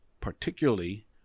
particularly